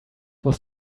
was